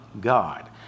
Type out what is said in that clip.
God